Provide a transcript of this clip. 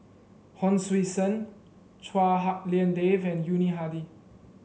Hon Sui Sen Chua Hak Lien Dave and Yuni Hadi